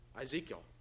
Ezekiel